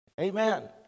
amen